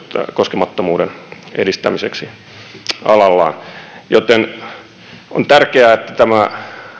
koskemattomuuden edistämiseksi alallaan on tärkeää että tämä